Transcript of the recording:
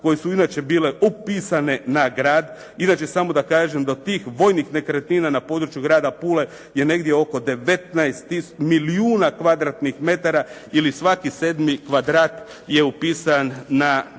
koje su inače bile upisane na grad. Inače samo da kažem da tih vojnih nekretnina na području grada Pule je negdje oko 19 milijuna kvadratnih metara ili svaki sedmi kvadrat je upisan na državu